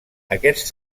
aquests